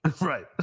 Right